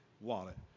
wallet